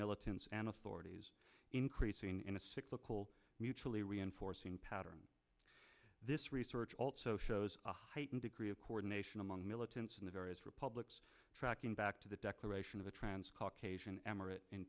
militants and authorities increasing in a cyclical mutually reinforcing pattern this research also shows a heightened degree of coordination among militants in the various republics tracking back to the declaration of a trans caucasian emirate in